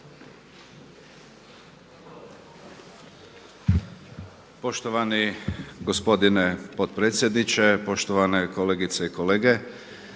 lijepo gospodine potpredsjedniče. Poštovane kolegice i kolege.